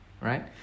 right